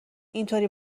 اینطوری